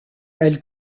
elle